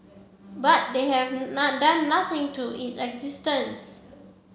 but they have not done nothing to its existence